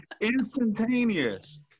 Instantaneous